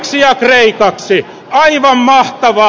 suomeksi ja kreikaksi aivan mahtavaa